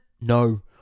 no